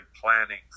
planning